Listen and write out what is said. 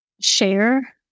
share